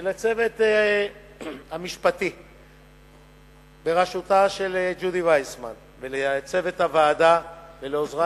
ולצוות המשפטי בראשותה של ג'ודי וסרמן ולצוות הוועדה ולעוזרי